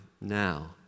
now